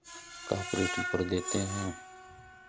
cooperative पर देते हैं